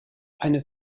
eine